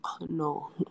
No